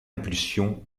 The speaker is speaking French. impulsion